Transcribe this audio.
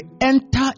enter